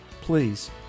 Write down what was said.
please